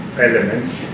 elements